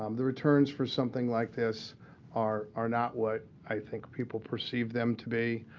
um the returns for something like this are are not what i think people perceive them to be.